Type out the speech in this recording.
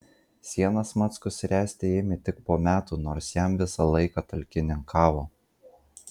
sienas mackus ręsti ėmė tik po metų nors jam visą laiką talkininkavo